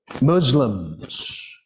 Muslims